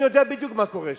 אני יודע בדיוק מה קורה שם,